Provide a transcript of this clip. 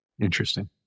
Interesting